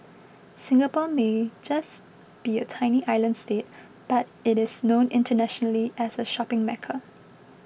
Singapore may just be a tiny island state but it is known internationally as a shopping Mecca